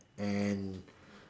and